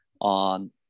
on